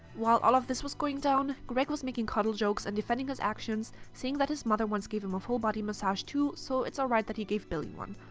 while all of this was going down, greg was making cuddle jokes and defending his actions, saying that his mother once gave him a full body massage too so it's alright that he gave billie one.